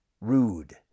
rude